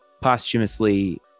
posthumously